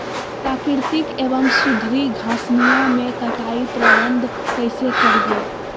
प्राकृतिक एवं सुधरी घासनियों में कटाई प्रबन्ध कैसे करीये?